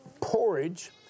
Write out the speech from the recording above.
porridge